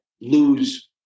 lose